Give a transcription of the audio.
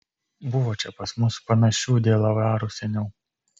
buvo čia pas mus panašių dielavarų seniau